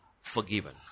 forgiven